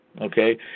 okay